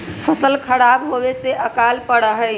फसल खराब होवे से अकाल पडड़ा हई